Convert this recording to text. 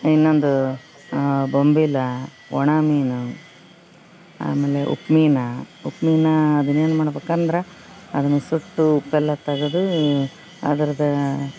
ಇನ್ನೊಂದು ಬೊಂಬಿಲ ಒಣ ಮೀನು ಆಮೇಲೆ ಉಪ್ ಮೀನಾ ಉಪ್ ಮೀನಾ ಅದನೇನು ಮಾಡ್ಬೇಕು ಅಂದ್ರ ಅದನ್ನ ಸುಟ್ಟು ಉಪ್ಪೆಲ್ಲ ತೆಗೆದು ಅದ್ರದ್ದು